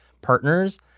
partners